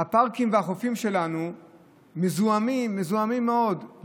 הפארקים והחופים שלנו מזוהמים, מזוהמים מאוד.